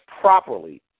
properly